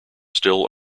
still